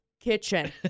kitchen